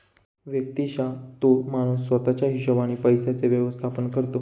व्यक्तिशः तो माणूस स्वतः च्या हिशोबाने पैशांचे व्यवस्थापन करतो